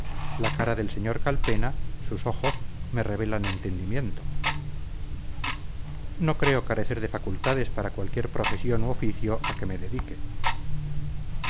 la cara del sr calpena sus ojos me revelan entendimiento no creo carecer de facultades para cualquier profesión u oficio a que me dedique